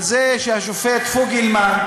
על זה שהשופט פוגלמן,